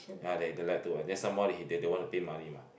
ya they they like to and then some more he they don't want to pay money !wah!